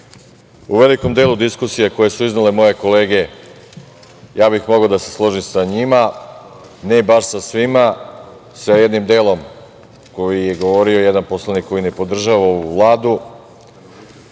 u velikom delu diskusije koje su iznele moje kolege ja bih mogao da se složim sa njima, ne baš sa svima, sa jednim delom o kome je govorio jedan poslanik koji ne podržava ovu Vladu